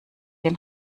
den